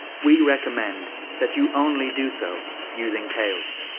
we recommend that you only do so using tails.